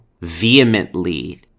vehemently